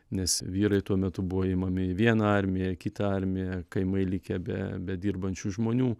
nes vyrai tuo metu buvo imami į vieną armiją į kitą armiją kaimai likę be be dirbančių žmonių